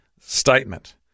statement